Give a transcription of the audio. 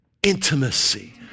Intimacy